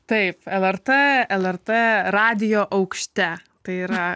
taip lrt lrt radijo aukšte tai yra